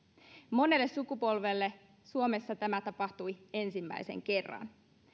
monelle sukupolvelle suomessa tämä tapahtui ensimmäisen kerran